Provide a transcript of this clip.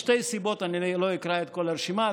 משתי סיבות אני לא אקרא את כל הרשימה,